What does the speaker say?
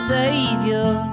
savior